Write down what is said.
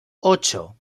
ocho